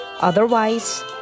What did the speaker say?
Otherwise